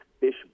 fish